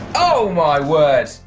oh my word!